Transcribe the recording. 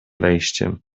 wejściem